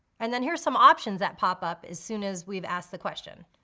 and then here are some options that pop up as soon as we've asked the question.